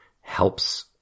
helps